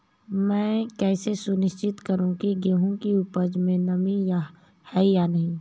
मैं कैसे सुनिश्चित करूँ की गेहूँ की उपज में नमी है या नहीं?